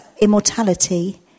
immortality